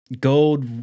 Gold